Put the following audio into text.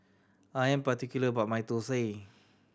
I am particular about my thosai